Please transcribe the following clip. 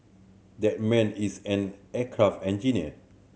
that man is an aircraft engineer